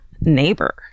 neighbor